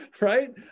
Right